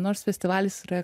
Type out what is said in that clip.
nors festivalis yra